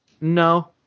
No